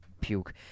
puke